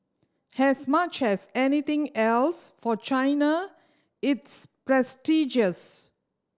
as much as anything else for China it's prestigious